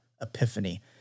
epiphany